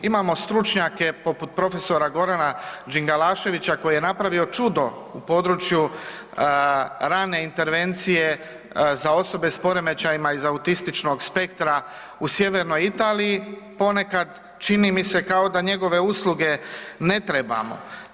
Imamo stručnjake poput prof. Gorana Đingalaševića koji je napravio čudo u području rane intervencije za osobe s poremećajima iz autističnog spektra u sjevernoj Italiji, ponekad čini mi se kao da njegove usluge ne trebamo.